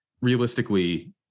realistically